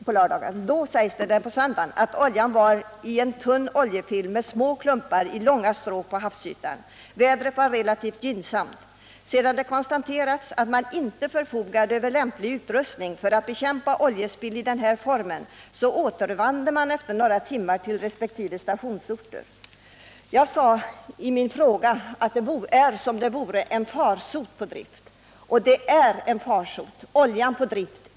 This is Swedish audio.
På söndagen beskrevs oljan som en tunn oljefilm med små klumpar i långa stråk på havsytan. Vädret var relativt gynnsamt. Sedan det konstaterats att man inte förfogade över lämplig utrustning för att bekämpa oljespill i denna form återvände man efter några timmar till resp. stationsorter. Jag sade i min fråga att ett oljebälte är som en farsot på drift, och det är en ganska korrekt beskrivning.